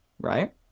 right